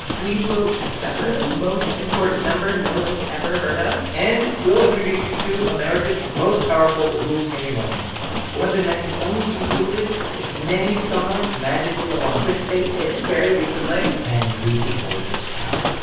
we will discover the most important number no one's ever heard of and we'll introduce you to america's most powerful rule-taming weapon a weapon that can only be wielded if many stars magically align which they did very recently and we behold its power